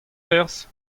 perzh